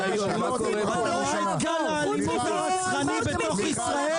את רואה את גל האלימות הרצחני בתוך ישראל?